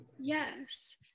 yes